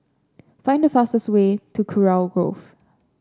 find the fastest way to Kurau Grove